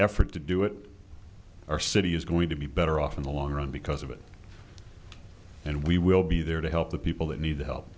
effort to do it our city is going to be better off in the long run because of it and we will be there to help the people that need the